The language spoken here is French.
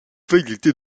variété